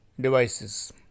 devices